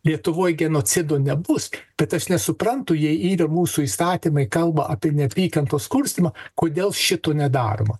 lietuvoj genocido nebus bet aš nesuprantu jei yra mūsų įstatymai kalba apie neapykantos kurstymą kodėl šito nedaroma